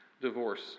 divorce